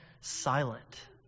silent